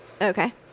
Okay